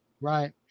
Right